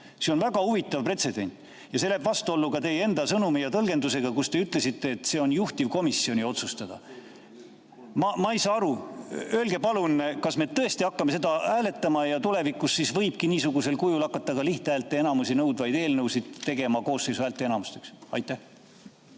See on väga huvitav pretsedent ja läheb vastuollu teie enda sõnumi ja tõlgendusega – te ütlesite, et see on juhtivkomisjoni otsustada. Ma ei saa aru. Öelge palun, kas me tõesti hakkame seda hääletama ja tulevikus võibki niisugusel kujul hakata ka lihthäälteenamust nõudvaid eelnõusid tegema koosseisu häälteenamust nõudvateks. Aitäh!